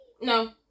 No